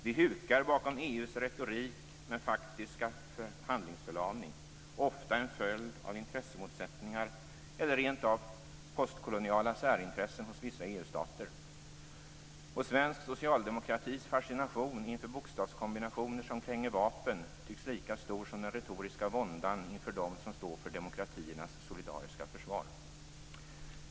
Vi hukar bakom EU:s retorik men faktiska handlingsförlamning - ofta en följd av intressemotsättningar eller rent av postkoloniala särintressen hos vissa EU-stater. Och svensk socialdemokratis fascination inför bokstavskombinationer som kränger vapen tycks lika stor som den retoriska våndan inför dem som står för demokratiernas solidariska försvar.